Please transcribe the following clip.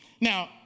Now